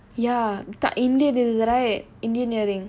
ya இந்த ஒரு:indha oru right indian earring